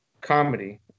comedy